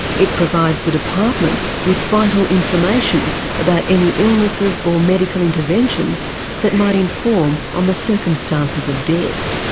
it provides the department with vital information about any illnesses or medical interventions that might inform on the circumstances of death.